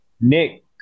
Nick